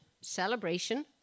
celebration